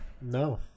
No